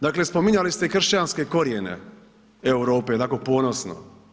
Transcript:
Dakle spominjali se i kršćanske korijene Europe, onako ponosno.